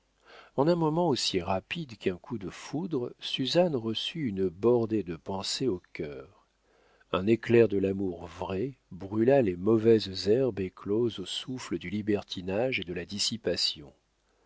en un moment aussi rapide qu'un coup de foudre suzanne reçut une bordée de pensées au cœur un éclair de l'amour vrai brûla les mauvaises herbes écloses au souffle du libertinage et de la dissipation